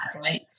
right